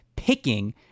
picking